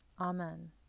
Amen